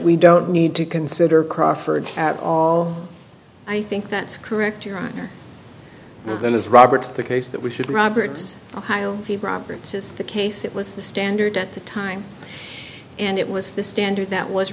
we don't need to consider crawford's at all i think that's correct your honor that is robert the case that we should roberts ohio the roberts is the case it was the standard at the time and it was the standard